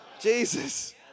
Jesus